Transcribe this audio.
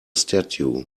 statue